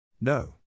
No